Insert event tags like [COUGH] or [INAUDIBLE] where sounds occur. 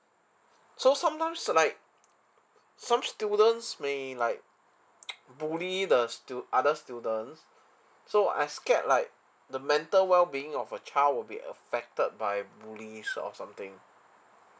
so sometimes like some students may like [NOISE] bully the stu~ other students so I scared like the mental well being of a child would be affected by bullies or something